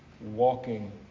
Walking